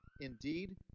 indeed